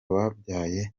babyaye